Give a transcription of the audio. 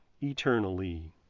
eternally